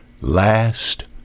last